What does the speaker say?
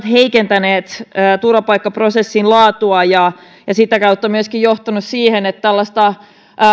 heikentäneen turvapaikkaprosessin laatua ja ja sitä kautta myöskin johtaneen siihen että tällaista